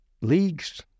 leagues